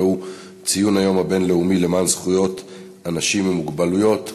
והוא ציון היום הבין-לאומי למען זכויות אנשים עם מוגבלויות.